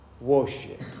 worship